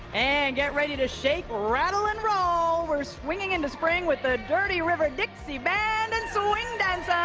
and get ready to shake, rattle, and roll. we're swinging in to spring with the dirty river dixie band and swing.